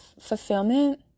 fulfillment